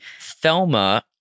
Thelma